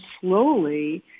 slowly